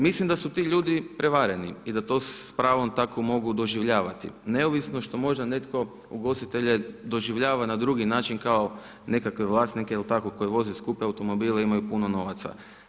Mislim da su ti ljudi prevareni i da to s pravom tako mogu doživljavati neovisno što možda netko ugostitelje doživljava na drugi način kao nekakve vlasnike ili tako koji voze skupe automobile, imaju puno novaca.